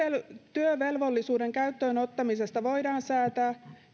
työvelvollisuuden käyttöönottamisesta voidaan säätää